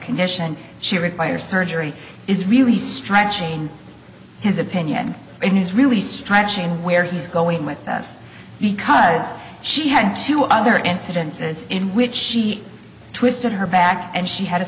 condition she requires surgery is really stretching his opinion it is really stretching where he's going with that because she had two other incidences in which she twisted her back and she had a